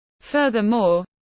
Furthermore